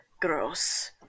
gross